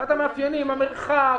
אחד המאפיינים: המרחק,